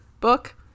book